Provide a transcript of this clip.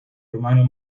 hermano